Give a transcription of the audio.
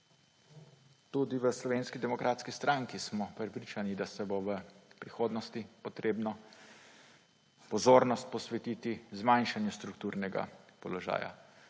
Tudi v Slovenski demokratski stranki smo prepričani, da bo v prihodnosti treba pozornost posvetiti zmanjšanju strukturnega primanjkljaja.